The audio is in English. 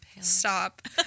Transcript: stop